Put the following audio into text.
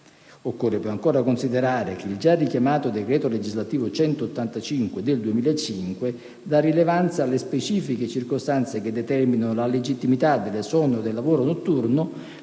Bisogna anche considerare che il già richiamato decreto legislativo n. 185 del 2005 dà rilevanza alle specifiche circostanze che determinano la legittimità dell'esonero dal lavoro notturno